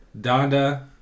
Donda